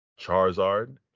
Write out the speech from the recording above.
Charizard